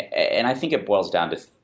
and i think it boils down to,